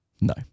No